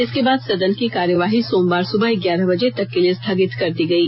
इसके बाद सदन की कार्यवाही सोमवार सुबह ग्यारह बजे तक के लिए स्थगित कर दी गयी